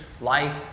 life